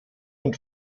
und